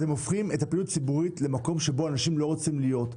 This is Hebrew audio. אתם הופכים את הפעילות הציבורית למקום שאנשים לא רוצים להיות בו.